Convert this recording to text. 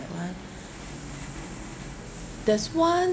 that one there's one